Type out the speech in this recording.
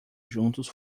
juntos